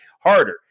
harder